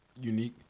Unique